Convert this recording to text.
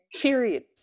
Period